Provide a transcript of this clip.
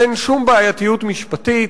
אין שום בעייתיות משפטית.